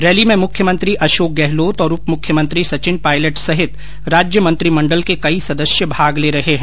rally में मुख्यमंत्री अशोक गहलोत और उप मुख्यमंत्री सचिन पायलट सहित राज्यमंत्रिमंडल के कई सदस्य भाग ले रहे है